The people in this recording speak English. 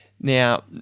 Now